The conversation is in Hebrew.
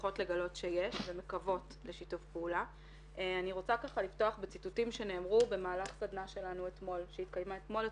שמחה לפתוח את ישיבת ועדת המשנה של